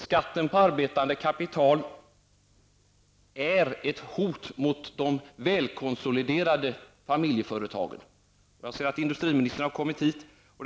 Skatten på arbetande kapital är ett hot mot de välkonsoliderade familjeföretagen. Jag ser att industriministern har kommit till kammaren.